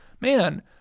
man